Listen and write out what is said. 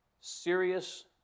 serious